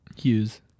Hughes